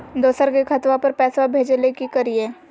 दोसर के खतवा पर पैसवा भेजे ले कि करिए?